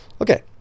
Okay